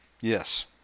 Yes